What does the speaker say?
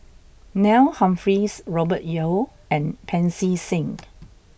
Neil Humphreys Robert Yeo and Pancy Seng